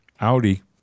Audi